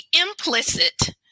implicit